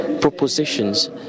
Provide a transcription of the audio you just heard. propositions